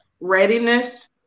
readiness